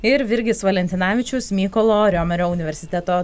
ir virgis valentinavičius mykolo riomerio universiteto